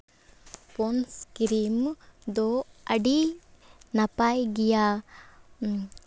Pond's cream ᱫᱚ ᱟᱹᱰᱤ ᱱᱟᱯᱟᱭ ᱜᱮᱭᱟ